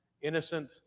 innocent